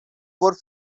vor